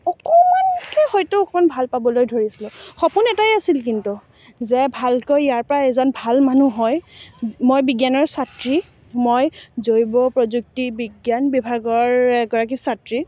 অকণমানকৈ হয়তু অকণমান ভাল পাবলৈ ধৰিছিলোঁ সপোন এটাই আছিল কিন্তু যে ভালকৈ ইয়াৰ পৰা এজন ভাল মানুহ হৈ মই বিজ্ঞানৰ ছাত্ৰী মই জৈৱ প্ৰযুক্তি বিজ্ঞান বিভাগৰ এগৰাকী ছাত্ৰী